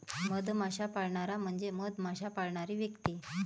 मधमाश्या पाळणारा म्हणजे मधमाश्या पाळणारी व्यक्ती